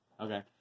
Okay